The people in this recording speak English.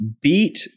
beat